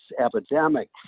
epidemic